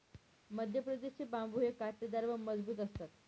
मध्यप्रदेश चे बांबु हे काटेदार व मजबूत असतात